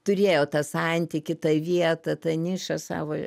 turėjo tą santykį tą vietą tą nišą savo